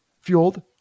fueled